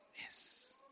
Yes